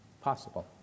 Possible